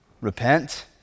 repent